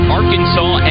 Arkansas